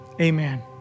Amen